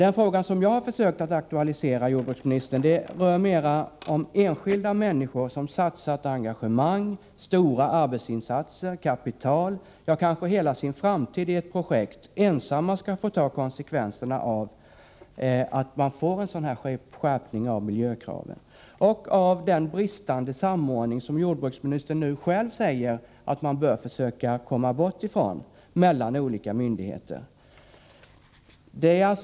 Den fråga som jag velat aktualisera, jordbruksministern, rör snarare de enskilda människor som med engagemang gjort stora arbetsinsatser och som riskerat kapital — ja, kanske hela sin framtid — på ett visst projekt men som ensamma får ta konsekvenserna av skärpta miljökrav och av den bristfälliga samordningen mellan olika myndigheter — vilken man, som jordbruksministern här själv säger, bör försöka komma till rätta med.